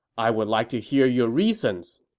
i would like to hear your reasons,